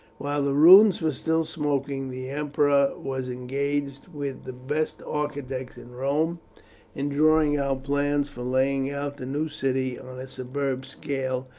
while the ruins were still smoking the emperor was engaged with the best architects in rome in drawing out plans for laying out the new city on a superb scale,